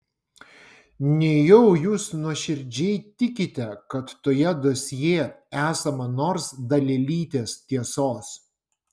nejau jūs nuoširdžiai tikite kad toje dosjė esama nors dalelytės tiesos